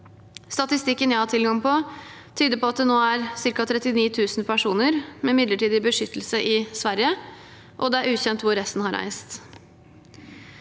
Statistikken jeg har tilgang på, tyder på at det nå er ca. 39 000 personer med midlertidig beskyttelse i Sverige, og det er ukjent hvor resten har reist.